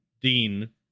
Dean